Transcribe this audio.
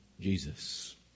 Jesus